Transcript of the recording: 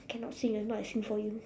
I cannot sing ah if not I sing for you